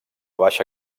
baixa